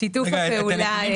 יש לנו שיתוף פעולה מול טליה לוינס.